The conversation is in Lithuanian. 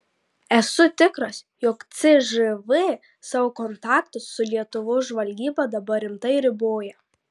esu tikras jog cžv savo kontaktus su lietuvos žvalgyba dabar rimtai riboja